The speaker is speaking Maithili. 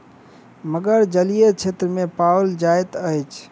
मगर जलीय क्षेत्र में पाओल जाइत अछि